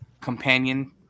companion